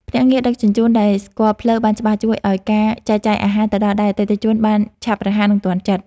ភ្នាក់ងារដឹកជញ្ជូនដែលស្គាល់ផ្លូវបានច្បាស់ជួយឱ្យការចែកចាយអាហារទៅដល់ដៃអតិថិជនបានឆាប់រហ័សនិងទាន់ចិត្ត។